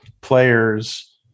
players